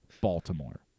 Baltimore